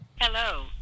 Hello